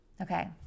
Okay